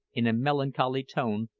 in a melancholy tone,